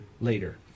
later